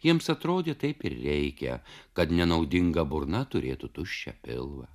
jiems atrodė taip ir reikia kad nenaudinga burna turėtų tuščią pilvą